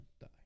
Die